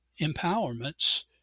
empowerments